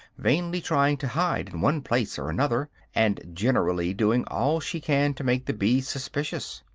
vainly trying to hide in one place or another, and generally doing all she can to make the bees suspicious.